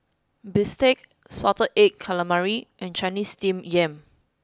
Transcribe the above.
Bistake Salted Egg Calamari and Chinese Steamed Yam